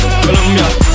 Colombia